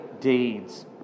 deeds